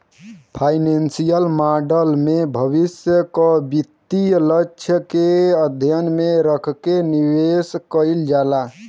financial model में भविष्य क वित्तीय लक्ष्य के ध्यान में रखके निवेश कइल जाला